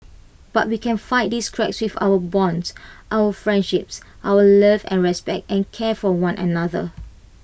but we can fight these cracks with our bonds our friendships our love and respect and care for one another